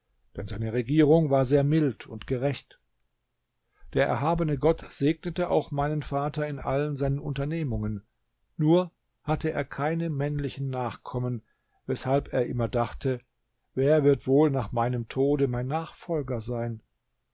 denn seine regierung war sehr mild und gerecht der erhabene gott segnete auch meinen vater in allen seinen unternehmungen nur hatte er keine männlichen nachkommen weshalb er immer dachte wer wird wohl nach meinem tode mein nachfolger sein